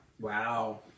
Wow